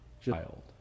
child